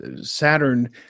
Saturn